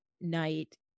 night